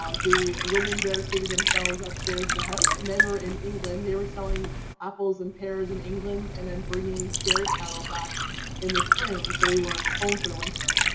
the women barricaded themselves upstairs of the house. the men were in england. they were selling apples and pears in england and then bringing dairy cattle back in the spring so they weren't home for the winter.